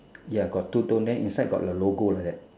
ya got two tone then inside got the logo like that